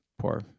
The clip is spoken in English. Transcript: poor